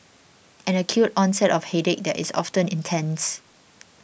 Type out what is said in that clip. an acute onset of headache that is often intense